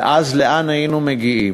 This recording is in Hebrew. ואז, לאן היינו מגיעים?